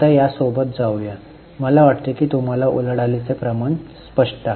आता या सोबत जाऊया मला वाटते की तुम्हाला उलाढालचे प्रमाण स्पष्ट आहे